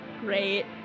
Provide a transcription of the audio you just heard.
Great